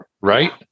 right